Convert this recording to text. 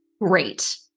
Great